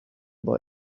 boy